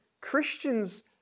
Christians